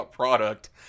Product